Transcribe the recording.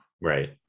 Right